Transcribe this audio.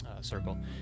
circle